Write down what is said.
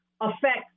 affect